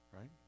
right